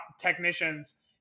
technicians